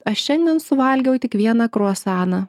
aš šiandien suvalgiau tik vieną kruasaną